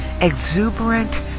exuberant